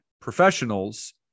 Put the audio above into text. professionals